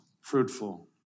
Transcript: fruitful